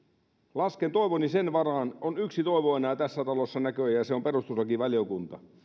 lasken toivoni tämän varaan on yksi toivo enää tässä talossa näköjään ja se on perustuslakivaliokunta